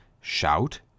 shout